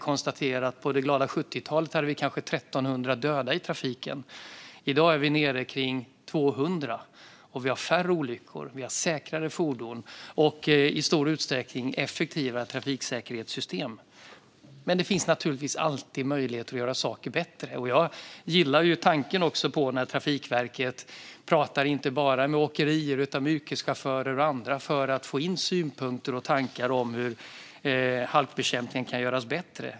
På det glada 70-talet hade vi kanske 1 300 döda per år i trafiken. I dag är vi nere kring 200. Vi har färre olyckor, säkrare fordon och i stor utsträckning effektivare trafiksäkerhetssystem. Naturligtvis finns det dock alltid möjlighet att göra saker bättre. Jag gillar tanken på att Trafikverket pratar inte bara med åkerier utan också med yrkeschaufförer och andra för att få in synpunkter och tankar om hur halkbekämpningen kan göras bättre.